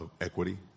equity